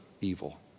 evil